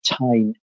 time